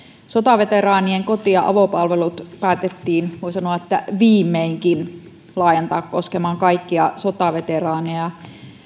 sotaveteraanien koti ja avopalvelut päätettiin voi sanoa että viimeinkin laajentaa koskemaan kaikkia sotaveteraaneja